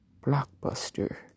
Blockbuster